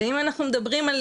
ואם אנחנו מדברים על